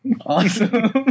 Awesome